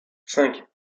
cinq